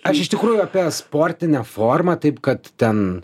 aš iš tikrųjų apie sportinę formą taip kad ten